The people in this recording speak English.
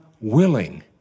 willing